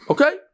Okay